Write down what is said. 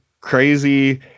crazy